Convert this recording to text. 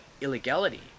illegality